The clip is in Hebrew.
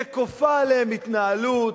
שכופה עליהם התנהלות,